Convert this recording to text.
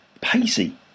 Pacey